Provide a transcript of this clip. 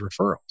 referrals